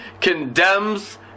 condemns